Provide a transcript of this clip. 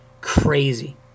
crazy